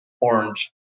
orange